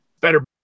better